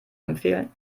empfehlen